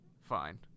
fine